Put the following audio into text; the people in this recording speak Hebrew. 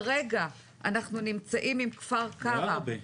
כרגע אנחנו נמצאים עם כפר קרע --- בעראבה.